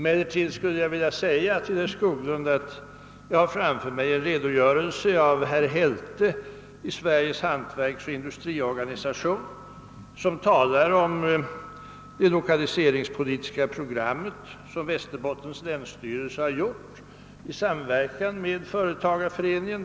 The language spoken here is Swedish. Jag skulle vilja säga till herr Skoglund, att jag har framför mig en redogörelse av herr Helte i Sveriges hantverksoch industriorganisation. Han talar om det = lokaliseringspolitiska program som Västerbottens länsstyrelse har gjort upp i samverkan med företagareföreningen.